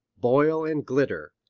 boil and glitter,